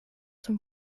zum